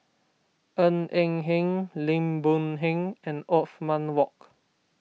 Ng Eng Hen Lim Boon Heng and Othman Wok